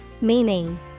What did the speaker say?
Meaning